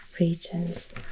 regions